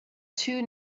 too